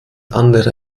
andere